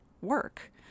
work